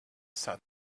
south